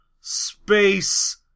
Space